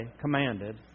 commanded